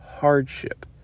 hardship